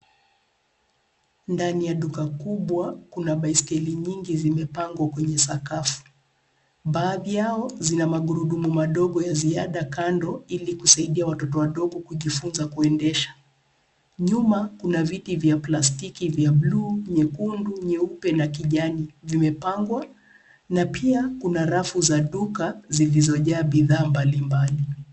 Ndani ya duka kubwa, kuna baisikeli nyingi zimepangwa kwenye sakafu. Baadhi yao zina magurudumu madogo ya ziada kando, ili kusaidia watoto wadogo kujifunza kuendesha. Nyuma kuna viti vya plastiki vya blue , nyekundu, nyeupe na kijani zimepangwa. Na pia kuna rafu za duka zilizojaa bidhaa mbalimbali.